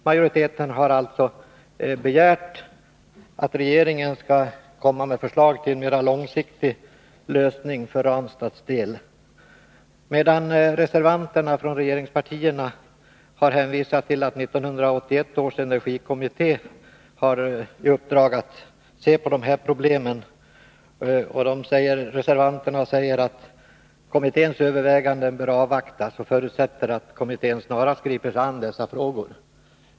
Majoriteten har begärt att regeringen skall komma med förslag till en mera långsiktig lösning för Ranstads del. Reservanterna från regeringspartierna har hänvisat till att 1981 års energikommitté har i uppdrag att se över dessa problem. Reservanterna säger att kommitténs överväganden bör avvaktas och förutsätter att kommittén snarast griper sig an dessa frågor.